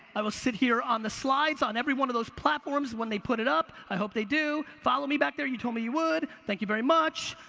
i will sit here on the slides, on every one of those platforms when they put it up. i hope they do. follow me back there, you told me you would. thank you very much.